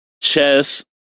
chess